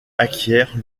acquiert